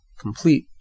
complete